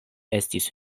estis